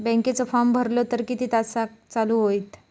बँकेचो फार्म भरलो तर किती तासाक चालू होईत?